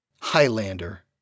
Highlander